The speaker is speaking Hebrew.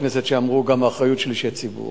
הכנסת שאמרו: האחריות של אישי ציבור,